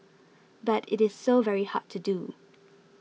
but it is so very hard to do